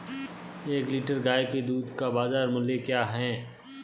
एक लीटर गाय के दूध का बाज़ार मूल्य क्या है?